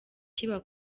kiba